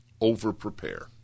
overprepare